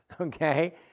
Okay